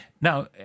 Now